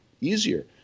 easier